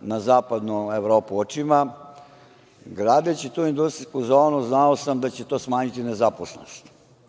na Zapadnu Evropu očima, gradeći tu industrijsku zonu znao sam da će to smanjiti nezaposlenost.U